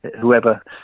whoever